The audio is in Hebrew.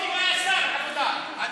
היה שר העבודה.